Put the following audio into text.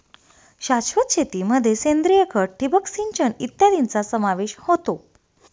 शाश्वत शेतीमध्ये सेंद्रिय खत, ठिबक सिंचन इत्यादींचा समावेश होतो